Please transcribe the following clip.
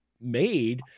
made